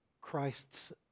Christ's